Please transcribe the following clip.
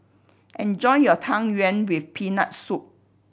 enjoy your Tang Yuen with Peanut Soup